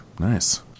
nice